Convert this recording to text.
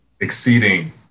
exceeding